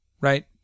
right